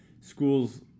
schools